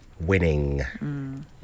Winning